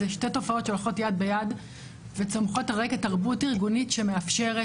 זה שתי תופעות שהולכות יד ביד וצומחות על רקע תרבות ארגונית שמאפשרת,